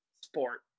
sport